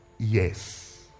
yes